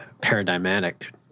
paradigmatic